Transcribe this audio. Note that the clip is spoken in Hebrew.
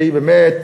שהיא באמת